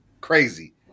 crazy